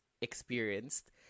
experienced